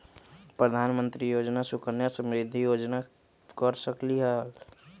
प्रधानमंत्री योजना सुकन्या समृद्धि योजना कर सकलीहल?